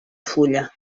fulla